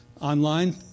online